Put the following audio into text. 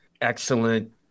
excellent